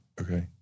okay